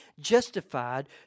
justified